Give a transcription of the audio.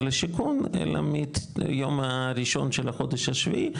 לשיכון אלא מיום הראשון של החודש השביעי,